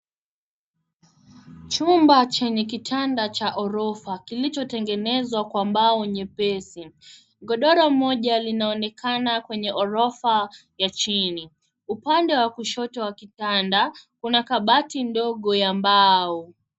Chumba chenye kitanda cha ghorofa kilichotengenezwa kwa mbao nyepesi. Godoro moja linaonekana kwenye orofa ya chini. Upande wa kushoto wa kitanda, kuna kabati ndogo ya mbao.